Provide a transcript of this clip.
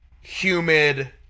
humid